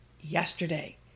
Yesterday